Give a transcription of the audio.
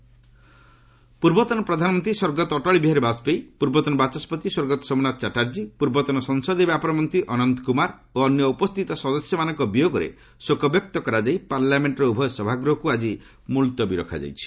LS adjourn ପୂର୍ବତନ ପ୍ରଧାନମନ୍ତ୍ରୀ ସ୍ୱର୍ଗତ ଅଟଳ ବିହାରୀ ବାଜପେୟୀ ପୂର୍ବତନ ବାଚସ୍କତି ସ୍ୱର୍ଗତ ସୋମନାଥ ଚାଟାର୍ଜୀ ପୂର୍ବତନ ସଂସଦୀୟ ବ୍ୟାପାର ମନ୍ତ୍ରୀ ଅନନ୍ତ କୁମାର ଓ ଅନ୍ୟ ଉପସ୍ଥିତ ସଦସ୍ୟମାନଙ୍କ ବିୟୋଗରେ ଶୋକବ୍ୟକ୍ତ କରାଯାଇ ପାର୍ଲାମେଷ୍ଟର ଉଭୟ ସଭାଗୃହକୁ ଆଜି ମୁଲ୍ତବୀ ରଖାଯାଇଛି